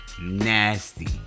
nasty